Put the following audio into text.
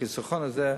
החיסכון הזה,